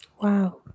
wow